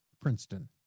Princeton